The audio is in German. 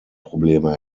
probleme